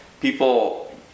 people